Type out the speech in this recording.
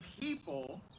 people